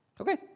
Okay